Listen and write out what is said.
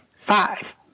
Five